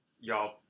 y'all